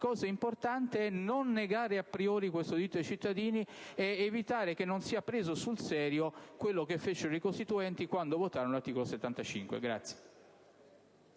Ma è importante non negare *a priori* questo diritto ai cittadini ed evitare che non sia preso sul serio quanto fecero i costituenti quando votarono l'articolo 75.